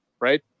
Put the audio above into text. right